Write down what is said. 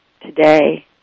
today